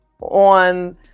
on